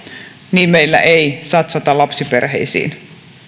niin meillä ei satsata lapsiperheisiin